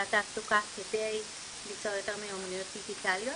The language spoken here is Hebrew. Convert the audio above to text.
התעסוקה כדי ליצור יותר מיומנויות דיגיטליות.